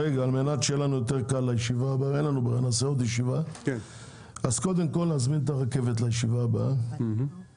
כדי שיהיה לנו יותר קל בישיבה הבאה נזמין את הרכבת לישיבה הבאה.